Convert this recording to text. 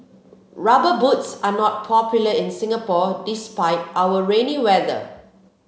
rubber boots are not popular in Singapore despite our rainy weather